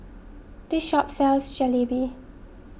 this shop sells Jalebi